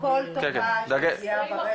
על כל תופעה של פגיעה ברשת.